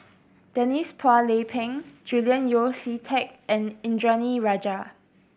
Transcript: Denise Phua Lay Peng Julian Yeo See Teck and Indranee Rajah